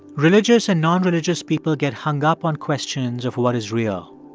religious and nonreligious people get hung up on questions of what is real.